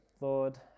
Lord